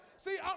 See